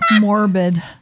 Morbid